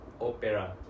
Opera